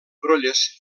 brolles